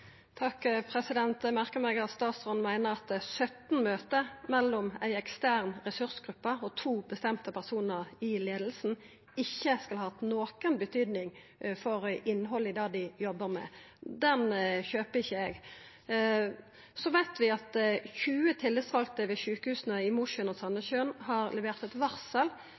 Eg merka meg at statsråden meiner at 17 møte mellom ei ekstern ressursgruppe og to bestemte personar i leiinga ikkje skal ha hatt noka betyding for innhaldet i det dei jobbar med. Den kjøper ikkje eg. Vi veit at 20 tillitsvalde ved sjukehusa i Mosjøen og Sandnessjøen har levert eit varsel